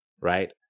right